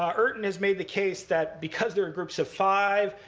um urton has made the case that, because they're in groups of five,